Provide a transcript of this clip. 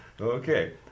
Okay